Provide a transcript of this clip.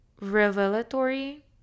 revelatory